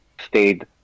stayed